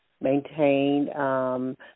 maintained –